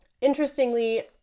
interestingly